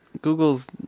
Google's